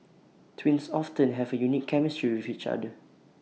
twins often have A unique chemistry with each other